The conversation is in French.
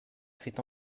fait